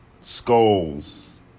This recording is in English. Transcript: skulls